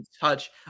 touch